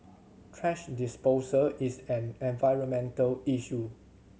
thrash disposal is an environmental issue